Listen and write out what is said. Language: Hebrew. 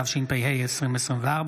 התשפ"ה 2024,